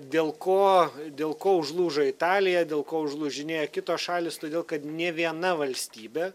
dėl ko dėl ko užlūžo italija dėl ko užlūžinėja kitos šalys todėl kad nė viena valstybė